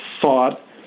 thought